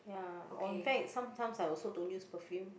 ya or in fact sometimes I also don't use perfume